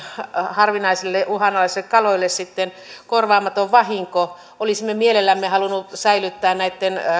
harvinaisille uhanalaisille kaloille korvaamaton vahinko olisimme mielellämme halunneet säilyttää näitten